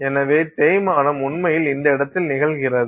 எனவே தேய்மானம் உண்மையில் இந்த இடத்தில் நிகழ்கிறது